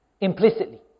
Implicitly